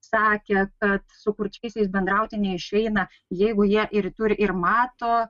sakė kad su kurčiaisiais bendrauti neišeina jeigu jie ir turi ir mato